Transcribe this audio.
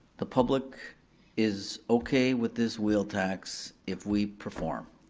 the public is okay with this wheel tax if we perform.